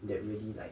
that really like